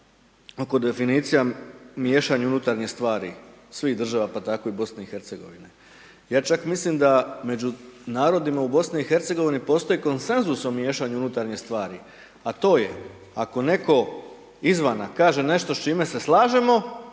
oko definicija miješanja unutarnje stvari svih država pa tako BiH. Ja čak mislim da među narodima u BiH postoji konsenzus o miješanju unutarnje stvari. A to je ako netko izvana kaže nešto s čime se slažemo